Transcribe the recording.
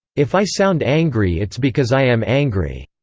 if i sound angry it's because i am angry.